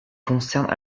concernent